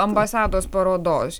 ambasados parodos